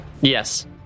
Yes